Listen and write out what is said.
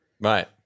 Right